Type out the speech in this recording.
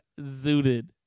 zooted